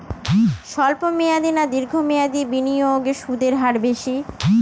স্বল্প মেয়াদী না দীর্ঘ মেয়াদী বিনিয়োগে সুদের হার বেশী?